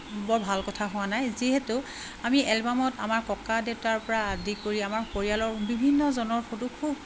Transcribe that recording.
বৰ ভাল কথা হোৱা নাই যিহেতু আমি এলবামত আমাৰ ককা দেউতাৰ পৰা আদি কৰি আমাৰ পৰিয়ালৰ বিভিন্নজনৰ ফটো খুব